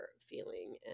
feeling